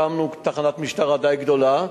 הקמנו תחנת משטרה די גדולה.